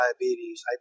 diabetes